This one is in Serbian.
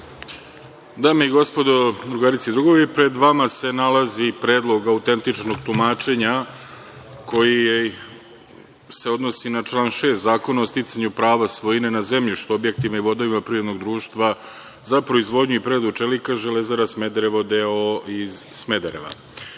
Dame i gospodo, drugarice i drugovi, pred vama se nalazi Predlog autentičnog tumačenja koji se odnosi na član 6. Zakona o sticanju prava svojine na zemljištu, objektima i vodovima, privrednog društva za proizvodnju i preradu čelika „Železara Smederevo d.o.o.“ iz Smederava. Ovaj